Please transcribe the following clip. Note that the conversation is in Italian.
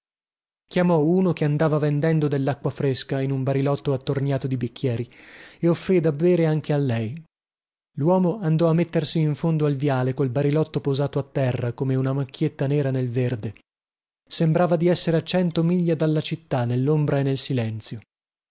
chiamò uno che andava vendendo dellacqua fresca in un barilotto attorniato di bicchieri e offrì da bere anche a lei luomo andò a mettersi in fondo al viale col barilotto posato a terra come una macchietta nera nel verde sembrava di essere a cento miglia dalla città nellombra e nel silenzio